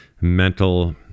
mental